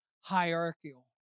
hierarchical